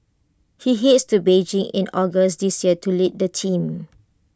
he heads to Beijing in August this year to lead the team